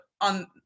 on